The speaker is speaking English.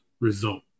result